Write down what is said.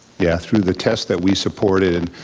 yeah, through the test that we supported,